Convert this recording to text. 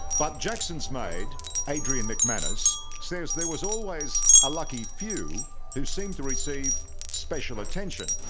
but jackson's made adrian mcmanus says there was always a lucky few who seemed to receive special attention